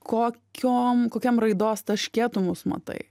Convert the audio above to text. kokiom kokiam raidos taške tu mus matai